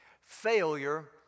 Failure